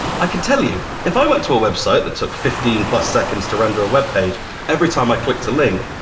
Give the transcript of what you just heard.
i can tell you, if i went to a website that took fifteen plus seconds to render a web page every time i clicked a link,